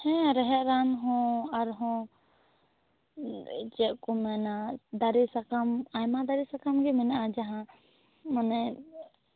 ᱦᱮᱸ ᱨᱮᱦᱮᱫ ᱨᱟᱱᱦᱚᱸ ᱟᱨᱦᱚᱸ ᱮᱸ ᱪᱮᱫᱠᱚ ᱢᱮᱱᱟ ᱫᱟᱨᱮ ᱥᱟᱠᱟᱢ ᱟᱭᱢᱟ ᱫᱟᱨᱮ ᱥᱟᱠᱟᱢ ᱜᱮ ᱢᱮᱱᱟᱜ ᱟ ᱡᱟᱦᱟᱸ ᱢᱟᱱᱮ